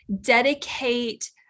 dedicate